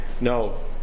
No